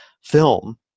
film